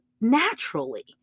naturally